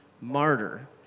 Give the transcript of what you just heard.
martyr